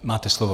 Máte slovo.